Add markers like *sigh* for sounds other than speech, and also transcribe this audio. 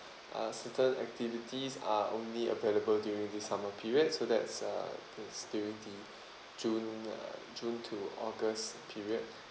uh certain activities are only available during the summer period so that's uh that's during the *breath* june uh june to august period